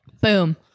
Boom